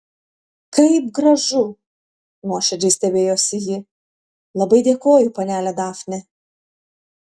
kaip gražu nuoširdžiai stebėjosi ji labai dėkoju panele dafne